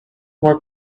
more